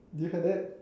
do you hear that